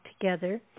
together